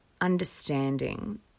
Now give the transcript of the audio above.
understanding